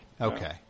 Okay